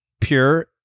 pure